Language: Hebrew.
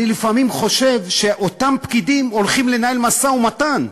אני לפעמים חושב שאותם פקידים הולכים לנהל משא-ומתן,